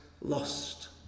lost